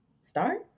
start